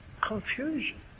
confusion